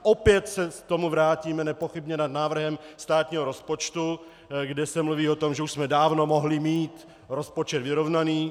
Opět se k tomu vrátíme nepochybně nad návrhem státního rozpočtu, kde se mluví o tom, že už jsme dávno mohli mít rozpočet vyrovnaný.